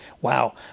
Wow